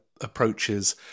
approaches